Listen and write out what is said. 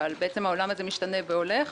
אבל העולם הזה משתנה והולך.